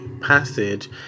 passage